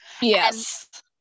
yes